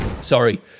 Sorry